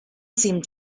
seemed